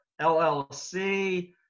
LLC